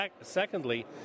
Secondly